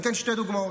אני אתן שתי דוגמאות: